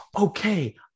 okay